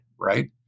Right